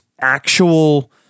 actual